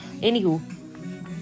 Anywho